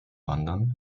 wandern